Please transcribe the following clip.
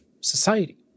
society